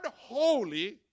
holy